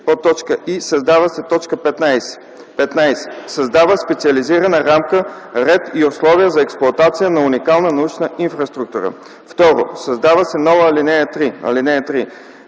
създава специализирана рамка, ред и условия за експлоатация на уникална научна инфраструктура.”. 2. Създава се нова ал. 3: